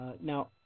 Now